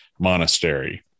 Monastery